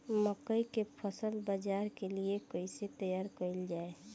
मकई के फसल बाजार के लिए कइसे तैयार कईले जाए?